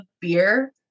beer